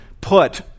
put